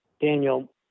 Daniel